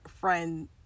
friend